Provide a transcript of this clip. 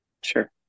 Sure